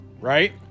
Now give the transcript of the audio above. Right